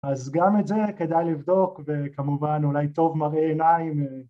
‫אז גם את זה כדאי לבדוק, ‫וכמובן, אולי טוב מראה עיניים.